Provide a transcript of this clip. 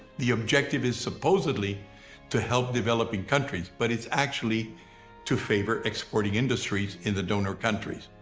the objective is supposedly to help developing countries but it's actually to favor exporting industries in the donor countries.